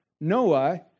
Noah